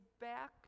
back